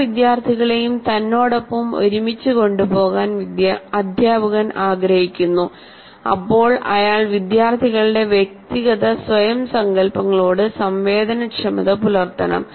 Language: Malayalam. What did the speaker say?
എല്ലാ വിദ്യാർത്ഥികളെയും തന്നോടൊപ്പം ഒരുമിച്ചു കൊണ്ടുപോകാൻ അധ്യാപകൻ ആഗ്രഹിക്കുന്നു അപ്പോൾ അയാൾ വിദ്യാർത്ഥികളുടെ വ്യക്തിഗത സ്വയം സങ്കൽപ്പങ്ങളോട് സംവേദനക്ഷമത പുലർത്തണം